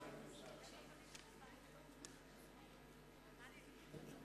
באולם ולא הצביע או שטען שהוא מקוזז והוא רוצה